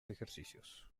ejercicios